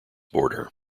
border